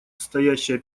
стоящая